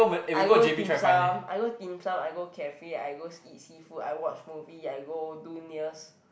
I go dim sum I go dim sum I go cafe I goes eat seafood I watch movie I go do nails